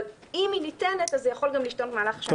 אבל אם היא ניתנת אז זה יכול גם להשתנות במהלך השנה,